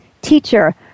teacher